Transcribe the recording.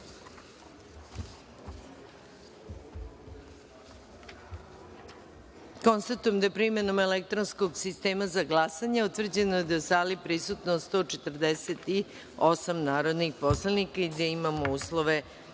jedinice. Konstatujem da je, primenom elektronskog sistema za glasanje, utvrđeno da je u sali prisutno 119 narodni poslanik i da imamo uslove